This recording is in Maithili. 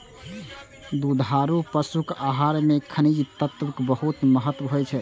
दुधारू पशुक आहार मे खनिज तत्वक बहुत महत्व होइ छै